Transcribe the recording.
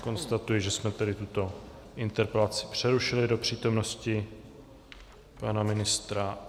Konstatuji, že jsme tuto interpelaci přerušili do přítomnosti pana ministra.